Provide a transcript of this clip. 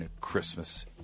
Christmas